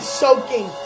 soaking